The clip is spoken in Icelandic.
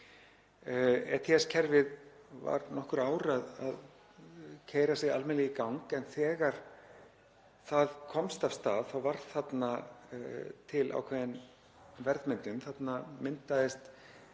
ETS-kerfið var nokkur ár að keyra sig almennilega í gang en þegar það komst af stað varð þarna til ákveðin verðmyndun. Þarna myndaðist